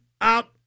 out